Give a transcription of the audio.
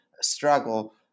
struggle